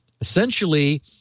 Essentially